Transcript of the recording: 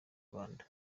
rwanda